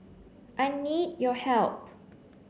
I need your help